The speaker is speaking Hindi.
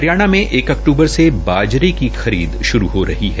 हरियाणा में एक अक्तूबर से बाजरे की खरीद श्रू हो रही है